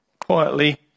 quietly